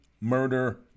murder